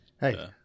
Hey